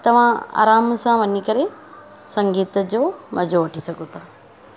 तव्हां आराम सां वञी करे संगीत जो मज़ो वठी सघो था